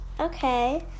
Okay